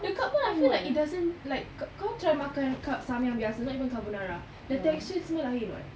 the cup [one] I feel like it doesn't like kau try makan Samyang cup biasa not even carbonara the texture semua lain [what]